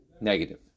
negative